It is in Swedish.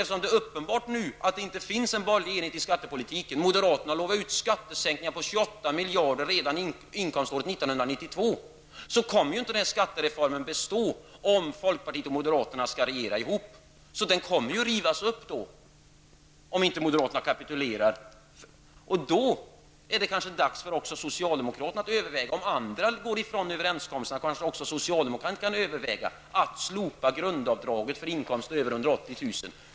Eftersom det uppenbarligen inte finns någon borgerlig enighet om skattepolitiken -- moderaterna har lovat skattesänkningar på 28 miljarder kronor redan inkomståret 1992 -- kommer skattereformen inte att bestå om folkpartiet och moderaterna skall regera ihop. Den kommer att rivas upp om inte moderaterna kapitulerar. Då kanske det blir dags för socialdemokraterna att överväga -- om andra går ifrån överenskommelser -- huruvida inte socialdemokraterna kan verka för slopa grundavdraget för inkomster över 180 000 kr.